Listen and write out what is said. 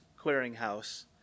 clearinghouse